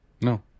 No